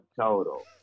total